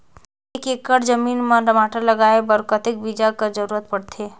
एक एकड़ जमीन म टमाटर लगाय बर कतेक बीजा कर जरूरत पड़थे?